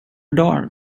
dagar